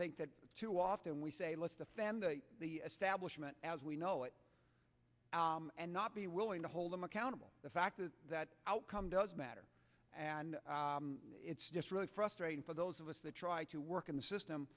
think that too often we say let the fans the establishment as we know it and not be willing to hold them accountable the fact that outcome does matter and it's just really frustrating for those of us that try to work in the system